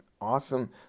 awesome